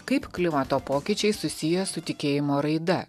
kaip klimato pokyčiai susiję su tikėjimo raida